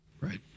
right